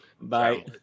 Bye